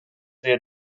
there